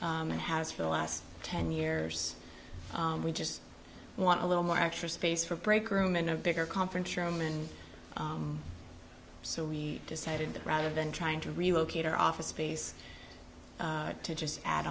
and has for the last ten years we just want a little more extra space for break room in a bigger conference room and so we decided that rather than trying to relocate our office space to just add